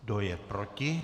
Kdo je proti?